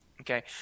Okay